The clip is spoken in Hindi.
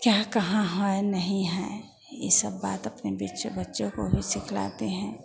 क्या कहाँ है नहीं है ई सब बात अपने बिचो बच्चों को भी सिखलाते हैं